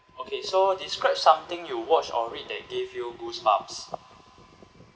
okay so describe something you watch or read that gave you goosebumps